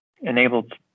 enabled